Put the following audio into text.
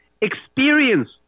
experience